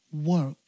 Work